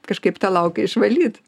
kažkaip tą lauką išvalyt